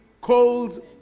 cold